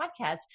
podcast